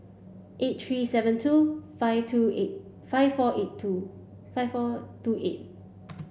eight three seven two five two eight five four eight two five four two eight